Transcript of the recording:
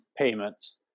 payments